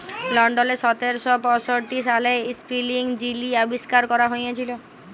লল্ডলে সতের শ পঁয়ষট্টি সালে ইস্পিলিং যিলি আবিষ্কার ক্যরা হঁইয়েছিল